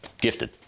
gifted